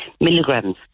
milligrams